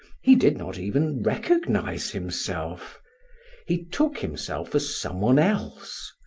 he did not even recognize himself he took himself for some one else,